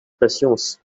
patience